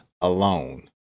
alone